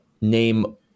name